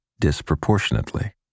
disproportionately